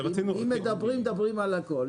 אם מדברים, מדברים על הכול.